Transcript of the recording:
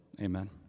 amen